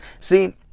See